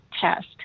test